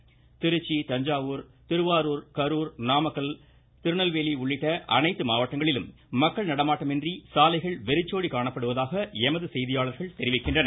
முதல் திருச்சி தஞ்சை திருவாரூர் கரூர் நாமக்கல் நெல்லை உள்ளிட்ட அனைத்து மாவட்டங்களிலும் மக்கள் நடமாட்டமின்றி சாலைகள் வெறிச்சோடி காணப்படுவதாக எமது செய்தியாளர்கள் தெரிவிக்கின்றனர்